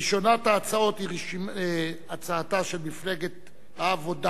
ראשונת ההצעות היא הצעתה של מפלגת העבודה,